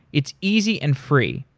it's easy and free.